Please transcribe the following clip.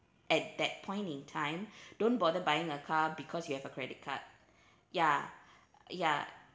at that point in time don't bother buying a car because you have a credit card ya ya